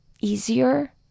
easier